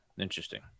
interesting